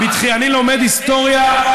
אני לומד היסטוריה,